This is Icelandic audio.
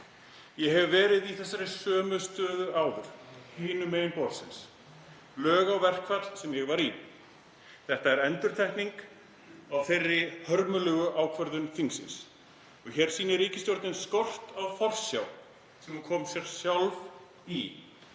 Ég hef verið í þessari sömu stöðu áður, hinum megin borðsins, lög á verkfall sem ég var í. Þetta er endurtekning á þeirri hörmulegu ákvörðun þingsins. Hér sýnir ríkisstjórnin skort á forsjá og hún kom sér sjálf í